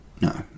No